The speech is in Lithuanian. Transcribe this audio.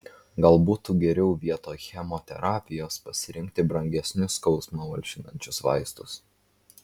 gal būtų geriau vietoj chemoterapijos pasirinkti brangesnius skausmą malšinančius vaistus